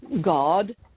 God